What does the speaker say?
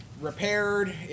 repaired